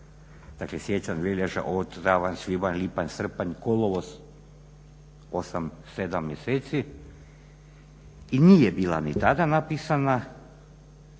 Dakle, siječanj, veljača, ožujak, travanj, svibanj, lipanj, srpanj, kolovoz 8 mjeseci i nije bila ni tada napisana,